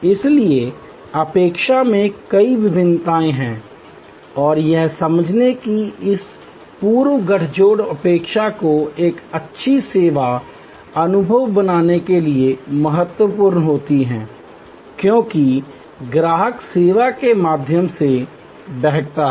इसलिए अपेक्षा में कई भिन्नताएं हैं और यह समझना कि इस पूर्व मुठभेड़ अपेक्षा को एक अच्छा सेवा अनुभव बनाने के लिए महत्वपूर्ण है क्योंकि ग्राहक सेवा के माध्यम से बहता है